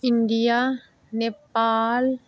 India Nepal